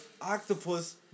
octopus